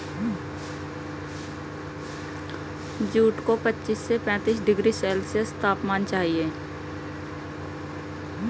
jute को पच्चीस से पैंतीस डिग्री सेल्सियस तापमान चाहिए